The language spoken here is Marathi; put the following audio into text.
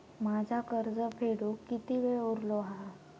माझा कर्ज फेडुक किती वेळ उरलो हा?